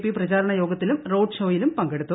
P പ്രഷാർണ് യോഗത്തിലും road ഷോയിലും പങ്കെടുത്തു